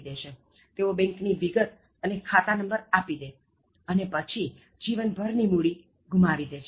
આપી દેશે તેઓ બેંક ની વિગત અને ખાતા નંબર આપી દે અને જીવનભર ની મૂડી ગુમાવી દે